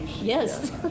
Yes